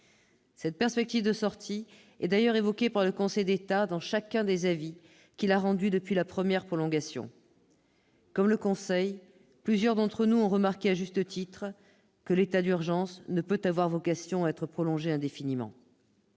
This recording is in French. Cette perspective de sortie est d'ailleurs évoquée par le Conseil d'État dans chacun des avis qu'il a rendus depuis la première prorogation. Comme le Conseil, plusieurs d'entre nous ont remarqué, à juste titre, que l'état d'urgence n'avait pas vocation à être prolongé indéfiniment.